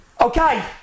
Okay